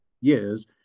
years